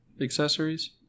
accessories